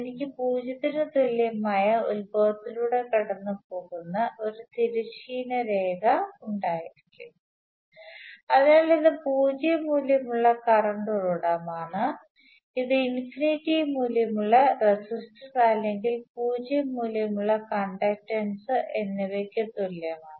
എനിക്ക് 0 ന് തുല്യമായ ഉത്ഭവത്തിലൂടെ കടന്നുപോകുന്ന ഒരു തിരശ്ചീന രേഖ ഉണ്ടായിരിക്കും അതിനാൽ ഇത് പൂജ്യ മൂല്യമുള്ള കറണ്ട് ഉറവിടമാണ് ഇത് ഇൻഫിനിറ്റി മൂല്യമുള്ള റെസിസ്റ്റർ അല്ലെങ്കിൽ പൂജ്യം മൂല്യമുള്ള കണ്ടക്ടൻസ് എന്നിവയ്ക്ക് തുല്യമാണ്